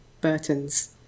Burton's